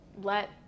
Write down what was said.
let